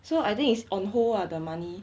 so I think is on hold ah the money